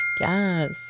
Yes